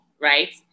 right